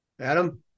adam